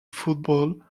football